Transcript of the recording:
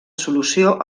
solució